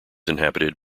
inhabited